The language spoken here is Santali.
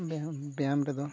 ᱵᱮᱦᱚᱢ ᱵᱮᱭᱟᱢ ᱨᱮᱫᱚ